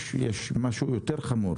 יש משהו יותר חמור